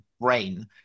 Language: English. brain